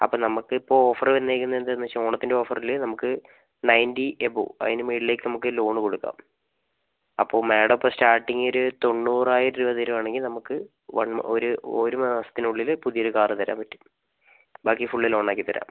അപ്പോൾ നമുക്ക് ഇപ്പോൾ ഓഫർ വന്നേക്കുന്നത് എന്താന്നു വെച്ചാൽ ഓണത്തിൻ്റെ ഓഫറിൽ നമുക്ക് നയൻറ്റി എബോവ് അതിന് മേളിലേക്ക് നമുക്ക് ലോണു കൊടുക്കാം അപ്പോൾ മാഡം അപ്പോൾ സ്റ്റാർട്ടിങ് ഒരു തൊണ്ണൂറായിരം രൂപ തരുവാണെങ്കിൽ നമുക്ക് വൺ മ ഒരു ഒരു മാസത്തിനുള്ളിൽ പുതിയൊരു കാറ് തരാൻ പറ്റും ബാക്കി ഫുള്ള് ലോണാക്കിത്തരാം